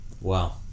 Wow